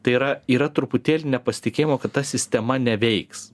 tai yra yra truputėlį nepasitikėjimo kad ta sistema neveiks